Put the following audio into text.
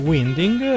Winding